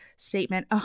statement